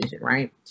right